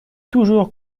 toujours